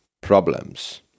problems